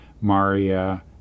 Maria